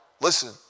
Listen